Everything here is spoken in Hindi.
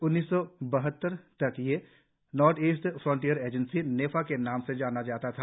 उन्नीस सौ बहत्तर तक ये नॉर्थईस्ट फ्रंटरियर एजेंसी नेफा के नाम से जाना जाता था